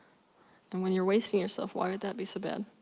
and when you're wasting yourself, why would that be so bad?